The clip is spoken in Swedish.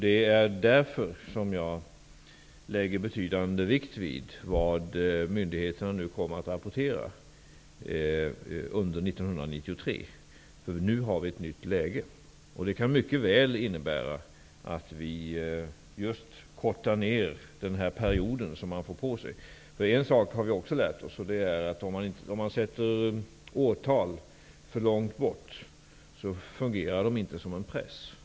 Det är därför jag lägger betydande vikt vid vad myndigheterna kommer att rapportera under 1993. Nu har vi ett nytt läge, och det kan mycket väl innebära att vi just kortar ner den period man får på sig. Vi har lärt oss en sak, nämligen att om årtal sätts för långt fram i tiden, fungerar de inte som en press.